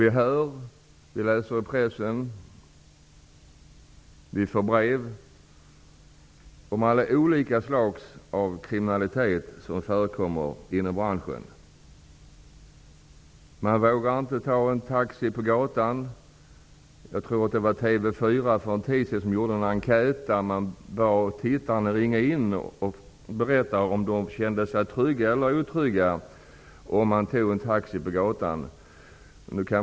Vi hör, vi läser i pressen och vi får brev om alla olika slags kriminalitet som förekommer i branschen. Man vågar inte ta en taxi på gatan. Jag tror att det var TV 4 som för en tid sedan gjorde en enkätundersökning där de bad tittarna ringa in och berätta om de kände sig trygga eller otrygga när de tog en taxi på gatan.